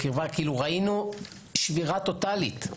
ראינו שבירה טוטלית.